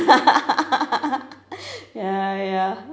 ya ya